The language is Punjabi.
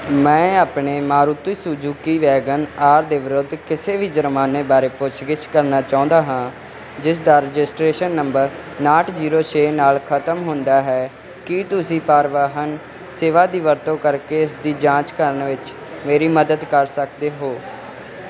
ਮੈਂ ਆਪਣੇ ਮਾਰੂਤੀ ਸੁਜ਼ੂਕੀ ਵੈਗਨ ਆਰ ਦੇ ਵਿਰੁੱਧ ਕਿਸੇ ਵੀ ਜੁਰਮਾਨੇ ਬਾਰੇ ਪੁੱਛਗਿੱਛ ਕਰਨਾ ਚਾਹੁੰਦਾ ਹਾਂ ਜਿਸ ਦਾ ਰਜਿਸਟ੍ਰੇਸ਼ਨ ਨੰਬਰ ਉਣਾਹਠ ਜ਼ੀਰੋ ਛੇ ਨਾਲ ਖਤਮ ਹੁੰਦਾ ਹੈ ਕੀ ਤੁਸੀਂ ਪਰਿਵਾਹਨ ਸੇਵਾ ਦੀ ਵਰਤੋਂ ਕਰਕੇ ਇਸ ਦੀ ਜਾਂਚ ਕਰਨ ਵਿੱਚ ਮੇਰੀ ਮਦਦ ਕਰ ਸਕਦੇ ਹੋ